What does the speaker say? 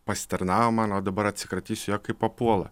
pasitarnavo man o dabar atsikratysiu ja kaip papuola